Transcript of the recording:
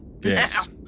Yes